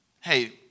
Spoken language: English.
hey